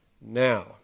Now